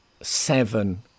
seven